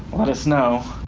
let us know!